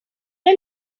der